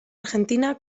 argentina